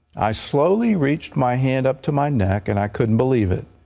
i slowly reached my hand up to my neck, and i couldn't believe it.